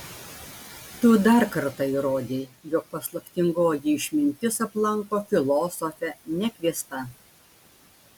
tu dar kartą įrodei jog paslaptingoji išmintis aplanko filosofę nekviesta